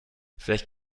vielleicht